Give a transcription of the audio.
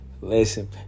Listen